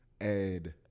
And-